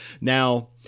Now